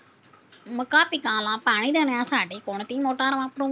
मका पिकाला पाणी देण्यासाठी कोणती मोटार वापरू?